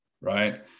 right